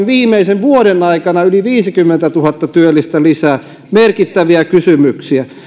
viimeisen vuoden aikana yli viisikymmentätuhatta työllistä lisää merkittäviä kysymyksiä